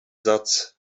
satz